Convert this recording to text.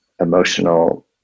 emotional